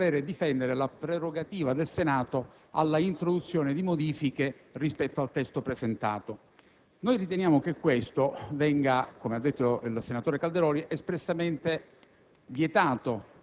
trova necessità nel voler difendere la prerogativa del Senato all'introduzione di modifiche rispetto al testo presentato. Noi riteniamo che ciò - come ha sostenuto il senatore Calderoli - venga espressamente